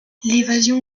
l’évasion